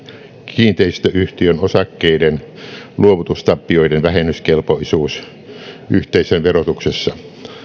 kiinteistöyhtiön osakkeiden luovutustappioiden vähennyskelpoisuus yhteisöverotuksessa